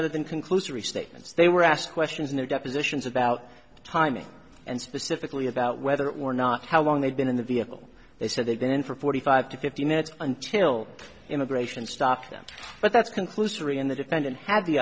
other than conclusory statements they were asked questions in their depositions about timing and specifically about whether or not how long they'd been in the vehicle they said they'd been in for forty five to fifty minutes until immigration stopped them but that's conclusory and the defendant had the